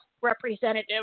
representative